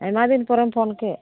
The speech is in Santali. ᱟᱭᱢᱟ ᱫᱤᱱ ᱯᱚᱨᱮᱢ ᱯᱷᱳᱱ ᱠᱮᱫ